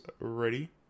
ready